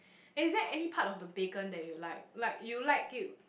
is there any part of the bacon that you like like you like it